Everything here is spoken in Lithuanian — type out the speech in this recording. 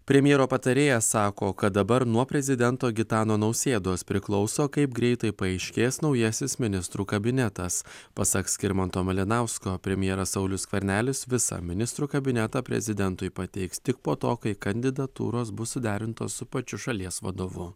premjero patarėjas sako kad dabar nuo prezidento gitano nausėdos priklauso kaip greitai paaiškės naujasis ministrų kabinetas pasak skirmanto malinausko premjeras saulius skvernelis visą ministrų kabinetą prezidentui pateiks tik po to kai kandidatūros bus suderintos su pačiu šalies vadovu